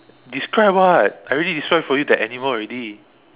describe [what] I already describe for you the animal already